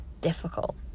difficult